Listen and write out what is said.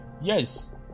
Yes